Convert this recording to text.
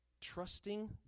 Trusting